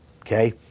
okay